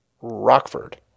Rockford